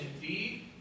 indeed